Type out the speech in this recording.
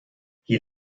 hier